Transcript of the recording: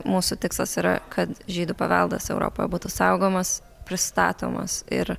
mūsų tikslas yra kad žydų paveldas europoje būtų saugomas pristatomas ir